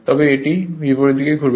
তবে এটি বিপরীত দিকে ঘুরবে